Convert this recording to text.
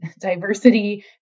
diversity